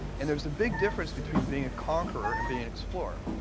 and there's a big difference between being a conqueror and being an explorer.